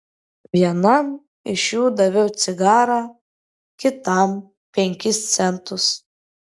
vienam iš jų daviau cigarą kitam penkis centus